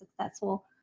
successful